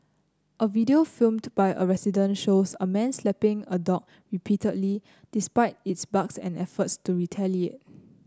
a video filmed by a resident shows a man slapping a dog repeatedly despite its barks and efforts to retaliate